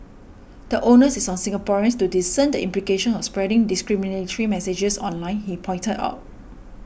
the onus is on Singaporeans to discern the implications of spreading discriminatory messages online he pointed out